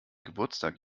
geburtstag